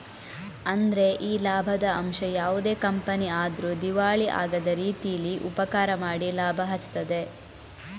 ಅಂದ್ರೆ ಈ ಲಾಭದ ಅಂಶ ಯಾವುದೇ ಕಂಪನಿ ಆದ್ರೂ ದಿವಾಳಿ ಆಗದ ರೀತೀಲಿ ಉಪಕಾರ ಮಾಡಿ ಲಾಭ ಹಂಚ್ತದೆ